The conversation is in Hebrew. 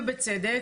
ובצדק,